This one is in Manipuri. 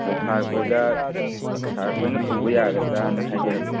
ꯑꯗꯣ ꯁꯥꯔꯈꯣꯏꯗ ꯁꯥꯔꯈꯣꯏꯅ ꯄꯨꯕ ꯌꯥꯒꯗ꯭ꯔꯥꯅ ꯍꯥꯏꯖꯔꯛꯄ